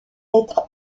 être